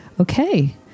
okay